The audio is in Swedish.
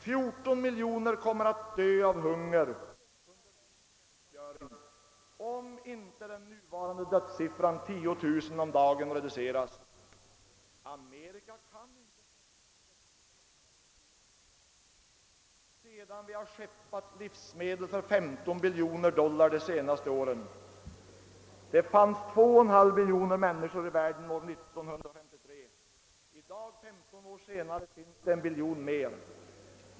14 miljoner kommer att dö av hunger under Er tjänstgöring, om inte den nuvarande dödssiffran tio tusen om dagen reduceras. Amerika kan inte föda världen, efter vad vi har funnit, sedan vi har skeppat livsmedel för femton biljoner dollar de senaste åren. Det fanns 2 1/; biljoner människor i världen 1953. I dag, femton år senare, finns det en biljon mer.